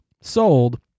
sold